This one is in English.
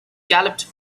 galloped